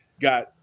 got